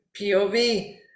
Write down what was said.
POV